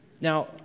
Now